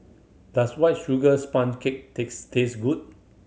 does White Sugar Sponge Cake takes taste good